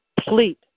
Complete